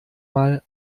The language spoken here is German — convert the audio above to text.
mal